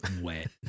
wet